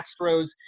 Astros